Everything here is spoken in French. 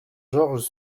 georges